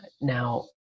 Now